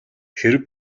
хэрэв